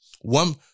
one